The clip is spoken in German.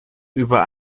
über